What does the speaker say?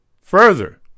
further